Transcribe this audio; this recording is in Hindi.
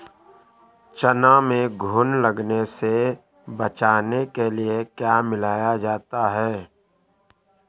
चना में घुन लगने से बचाने के लिए क्या मिलाया जाता है?